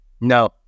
no